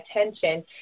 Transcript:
attention